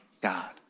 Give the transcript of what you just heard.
God